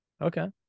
Okay